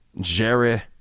Jerry